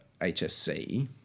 HSC